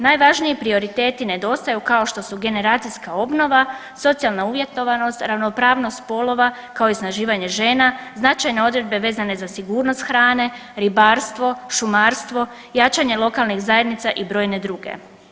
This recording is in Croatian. Najvažniji prioriteti nedostaju kao što su generacijska obnova, socijalna uvjetovanost, ravnopravnost spolova, kao i osnaživanje žena, značajne odredbe vezane za sigurnost hrane, ribarstvo, šumarstvo, jačanje lokalnih zajednica i brojne druge.